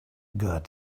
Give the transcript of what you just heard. got